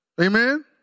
Amen